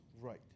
right